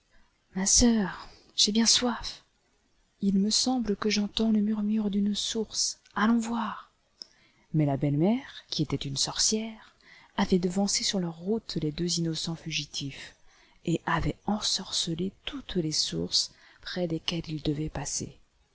ma sœur j'ai bien soif il me semble que j'entends le murmure d'une source allons voir mais la belle-mère qui était une sorcière avait devancé sur leur route les deux innocents fugitifs et avait ensorcelé toutes les sources près desquelles ils rdvaient passer